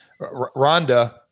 Rhonda